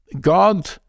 God